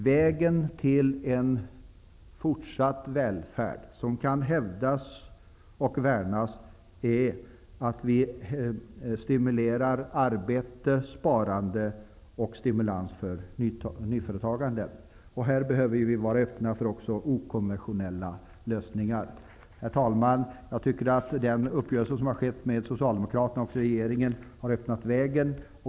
Vägen till fortsatt välfärd, som kan hävdas och värnas, är att vi stimulerar arbete, sparande och nyföretagande. Här behöver vi också vara öppna för okonventionella lösningar. Herr talman! Jag tycker att den uppgörelse som har träffats mellan Socialdemokraterna och regeringen har öppnat vägen.